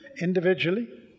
individually